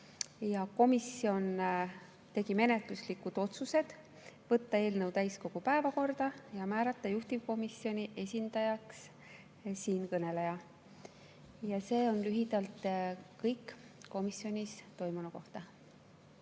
Komisjon tegi menetluslikud otsused: võtta eelnõu täiskogu päevakorda ja määrata juhtivkomisjoni esindajaks siinkõneleja. See on komisjonis toimunu kohta